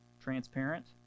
transparent